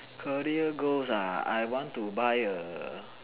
career goals ah I want to buy a